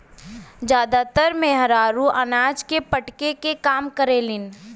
जादातर मेहरारू अनाज के फटके के काम करेलिन